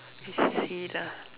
T C C lah